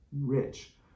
rich